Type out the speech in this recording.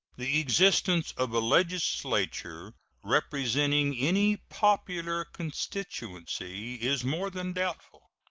the existence of a legislature representing any popular constituency is more than doubtful.